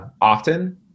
often